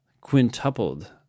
quintupled